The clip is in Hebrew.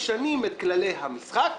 משנים את כללי המשחק